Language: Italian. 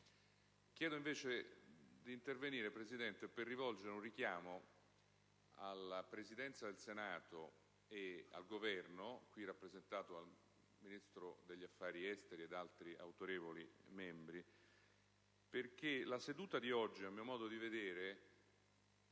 Chiedo, invece, di intervenire, signora Presidente, per rivolgere un richiamo alla Presidenza del Senato e al Governo, qui rappresentato dal Ministro degli affari esteri e da altri autorevoli membri, perché la seduta di oggi, a mio modo di vedere,